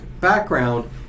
background